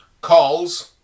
calls